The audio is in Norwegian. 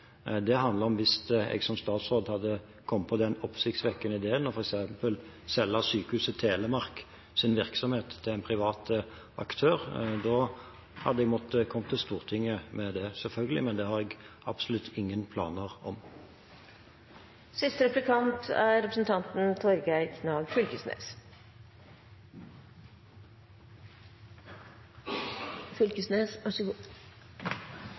Det handler om at jeg hvis jeg som statsråd hadde kommet på den oppsiktsvekkende ideen f.eks. å selge Sykehuset Telemarks virksomhet til en privat aktør, hadde måttet komme til Stortinget med det, selvfølgelig. Men det har jeg absolutt ingen planer om. Eg synest det er